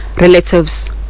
relatives